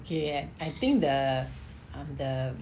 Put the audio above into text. okay I think the um the